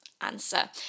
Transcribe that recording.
answer